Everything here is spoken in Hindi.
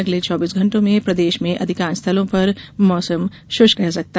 अगले चौबीस घंटों में प्रदेश में अधिकांश स्थलों पर मौसम शुष्क रहेगा